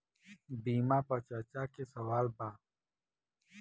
बीमा पर चर्चा के सवाल बा?